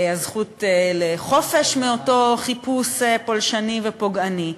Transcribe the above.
הזכות לחופש מאותו חיפוש פולשני ופוגעני.